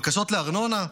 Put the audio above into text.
בקשות לארנונה?